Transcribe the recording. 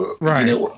Right